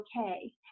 okay